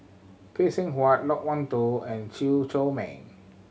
Phay Seng Whatt Loke Wan Tho and Chew Chor Meng